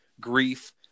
grief